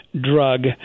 drug